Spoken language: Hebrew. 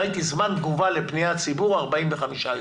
ראיתי שזמן תגובה לפניית ציבור הוא 45 יום.